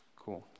Cool